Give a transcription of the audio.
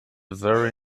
very